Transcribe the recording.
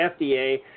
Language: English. FDA